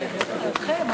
הכנסת דנון,